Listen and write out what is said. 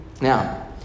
Now